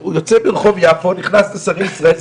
הוא יוצא מרחוב יפו ונכנס לשרי ישראל,